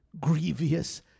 grievous